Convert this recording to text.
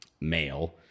male